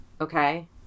Okay